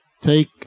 take